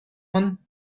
one